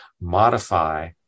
modify